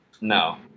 No